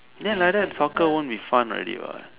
then like that soccer won't be fun already what